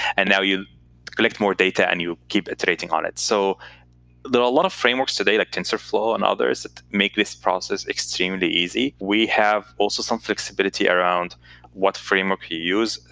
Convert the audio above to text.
and now you collect more data, and you keep iterating on it. so there are a lot of frameworks today, like tensorflow and others, that make this process extremely easy. we have also some flexibility around what framework we use,